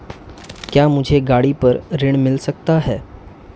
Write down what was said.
क्या मुझे गाड़ी पर ऋण मिल सकता है?